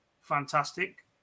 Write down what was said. fantastic